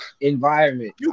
environment